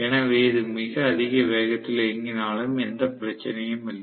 எனவே இது மிக அதிக வேகத்தில் இயங்கினாலும் எந்த பிரச்சனையும் இல்லை